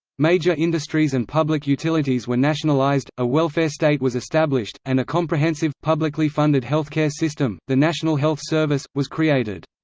major industries and public utilities were nationalised, a welfare state was established, and a comprehensive, publicly funded healthcare system, the national health service, was created.